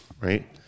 Right